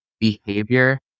behavior